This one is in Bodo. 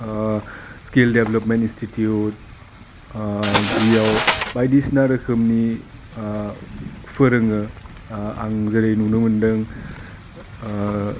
स्किल देभ्लापमेन्ट इनस्टिटिउट जियाव बायदिसिना रोखोमनि फोरोङो आं जेरै नुनो मोनदों